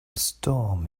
storm